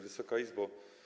Wysoka Izbo!